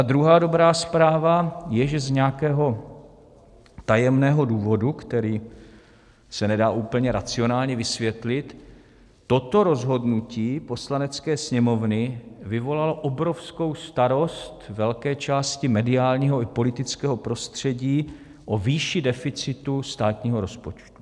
Druhá dobrá zpráva je, že z nějakého tajemného důvodu, který se nedá úplně racionálně vysvětlit, toto rozhodnutí Poslanecké sněmovny vyvolalo obrovskou starost velké části mediálního i politického prostředí o výši deficitu státního rozpočtu.